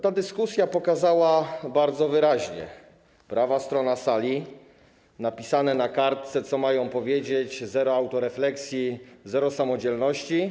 Ta dyskusja pokazała bardzo wyraźnie: prawa strona sali, napisane na kartce, co mają powiedzieć, zero autorefleksji, zero samodzielności.